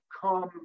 come